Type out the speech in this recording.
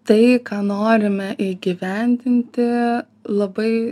tai ką norime įgyvendinti labai